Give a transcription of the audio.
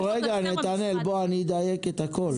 נתנאל, אני אדייק את הכול.